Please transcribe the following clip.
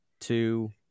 Two